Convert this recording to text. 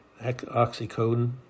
oxycodone